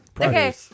Okay